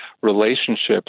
relationships